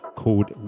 called